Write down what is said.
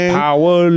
power